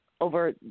over